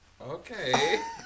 Okay